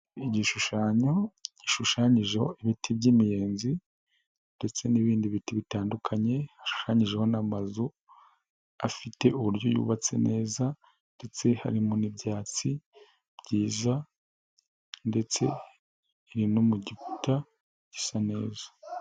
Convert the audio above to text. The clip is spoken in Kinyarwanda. Igishushanyo gishushanyijeho ibiti by'imiyenzi, ndetse n'ibindi biti bitandukanye, hashushanyijweho n'amazu afite uburyo yubatse neza, ndetse harimo n'ibyatsi byiza, ndetse iri no mu gikuta gisa neza.